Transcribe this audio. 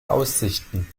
aussichten